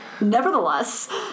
Nevertheless